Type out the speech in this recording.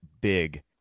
big